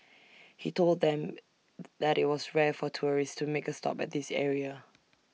he told them that IT was rare for tourists to make A stop at this area